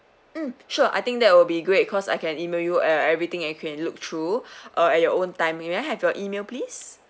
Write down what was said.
um sure I think that will be great cause I can email you everything and you can look through uh at your own time may I have your email please